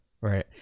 right